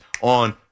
on